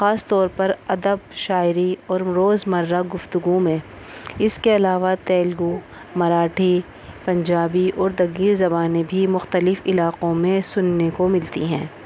خاص طور پر ادب شاعری اور روز مرہ گفتگو میں اس کے علاوہ تیلگو مراٹھی پنجابی اور دیگر زبانیں بھی مختلف علاقوں میں سننے کو ملتی ہیں